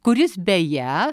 kuris beje